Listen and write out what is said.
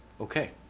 Okay